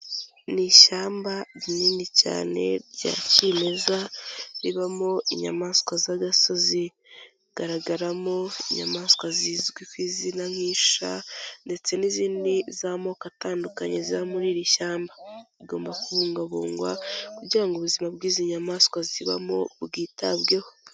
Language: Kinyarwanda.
Ni ishyamba rinini cyane rya kimeza ribamo inyamaswa z'agasozi, hagaragaramo inyamaswa zizwi ku izina nk'isha ndetse n'izindi z'amoko atandukanye ziba muri iri shyamba, rigomba kubungabungwa kugira ngo ubuzima bw'izi nyamaswa zibamo bwitabweho.